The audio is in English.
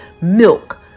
milk